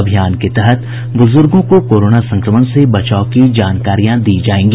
अभियान के तहत बुजुर्गो को कोरोना संक्रमण से बचाव की जानकारियां दी जायेंगी